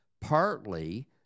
partly